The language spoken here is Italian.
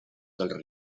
dal